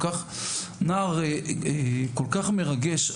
נער כל כך מרגש.